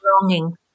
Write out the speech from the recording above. longing